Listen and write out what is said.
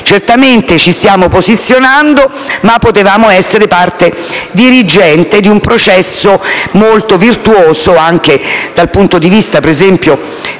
certamente ci stiamo posizionando, ma potevamo essere parte dirigente di un processo molto virtuoso, anche dal punto di vista dei benefici